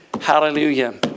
Hallelujah